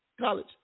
college